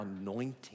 anointing